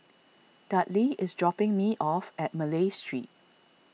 Dudley is dropping me off at Malay Street